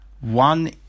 One